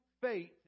faith